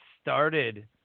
started